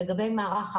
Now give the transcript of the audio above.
לגבי מערך ההסעות,